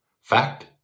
Fact